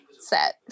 set